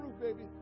baby